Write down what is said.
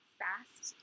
fast